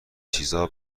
چیزا